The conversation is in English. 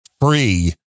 free